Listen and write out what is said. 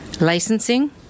licensing